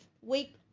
week